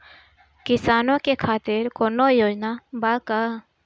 किसानों के खातिर कौनो योजना बा का?